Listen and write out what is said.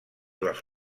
dels